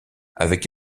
avec